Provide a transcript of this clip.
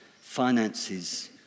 finances